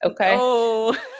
Okay